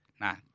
nah